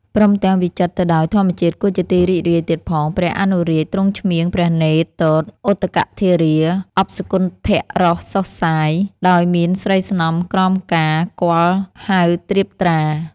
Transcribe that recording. ព្រមទាំងវិចិត្រទៅដោយធម្មជាតិគួរជាទីរីករាយទៀតផង ព្រះអនុរាជទ្រង់ឆ្មៀងព្រះនេត្រទតឧទកធារា អប់សុគន្ធរសសុសសាយ ដោយមានស្រីស្នំក្រមការ គាល់ហ្វៅត្រៀបត្រា ។